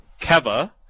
Keva